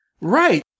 Right